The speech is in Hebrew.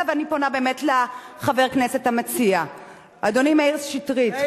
ואני פונה באמת לחבר הכנסת המציע: אדוני מאיר שטרית,